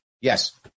Yes